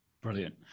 brilliant